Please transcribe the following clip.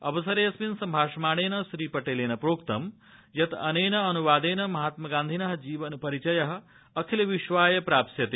अवसरेऽस्मिन् सम्भाषमानेन श्रीपटेलेन प्रोक्तम् अनेन अनुवादेन महात्मगान्धिनः जीवन परिचयः अखिल विश्वाय प्राप्स्यते